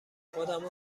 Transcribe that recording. خودمو